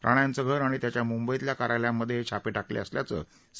राणा याचं घर आणि त्याच्या मुंबईतल्या कार्यालयांमध्ये हे छापे टाकले असल्याचं सी